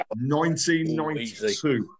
1992